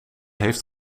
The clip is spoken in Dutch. heeft